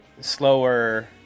slower